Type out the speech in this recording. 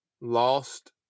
lost